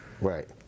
Right